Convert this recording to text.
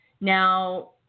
Now